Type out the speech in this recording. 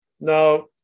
now